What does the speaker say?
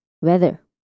weather